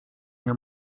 nie